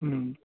ਹਮ